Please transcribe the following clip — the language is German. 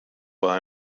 war